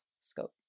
scope